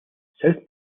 south